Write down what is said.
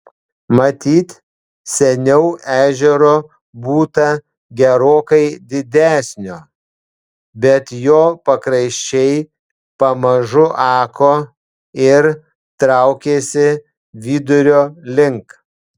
matyt seniau ežero būta gerokai didesnio bet jo pakraščiai pamažu ako ir traukėsi vidurio link